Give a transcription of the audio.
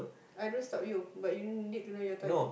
I don't stop you but you need to know your time